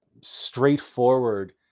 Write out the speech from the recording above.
straightforward